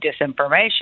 disinformation